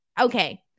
Okay